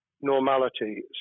normality